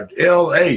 LA